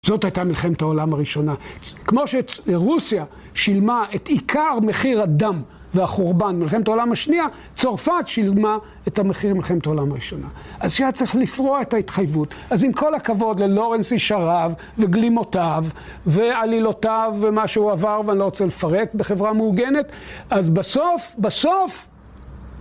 זאת הייתה מלחמת העולם הראשונה. כמו שרוסיה שילמה את עיקר מחיר הדם והחורבן מלחמת העולם השנייה, צרפת שילמה את מחיר מלחמת העולם הראשונה. אז היה צריך לפרוע את ההתחייבות. אז עם כל הכבוד ללורנסי שריו וגלימותיו ועלילותיו ומה שהוא עבר, ואני לא רוצה לפרט בחברה מהוגנת, אז בסוף, בסוף...